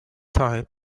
time